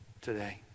today